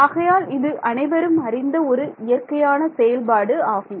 ஆகையால் இது அனைவரும் அறிந்த ஒரு இயற்கையான செயல்பாடு ஆகும்